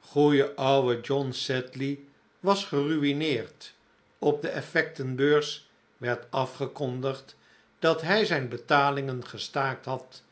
goeie ouwe john sedley was gerui'neerd op de effectenbeurs werd afgekondigd dat hij zijn betalingen gestaakt had